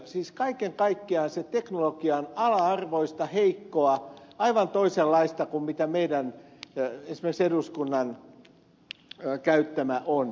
siis kaiken kaikkiaan se teknologia on ala arvoista heikkoa aivan toisenlaista kuin esimerkiksi meidän eduskunnan käyttämä on